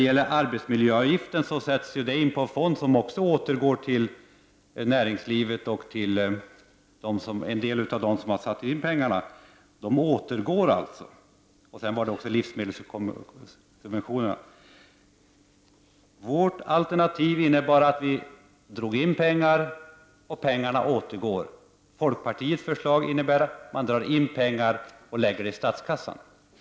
Också arbetsmiljöavgiften sätts in på en fond, varifrån medlen återgår till näringslivet och till en del av dem som satt in pengarna. I uppgörelsen ingick också livsmedelssubventioner. Vårt alternativ innebar en indragning av pengar, som sedan skall återgå. Folkpartiets förslag innebär att man skall dra in pengar och lägga dem i statskassan.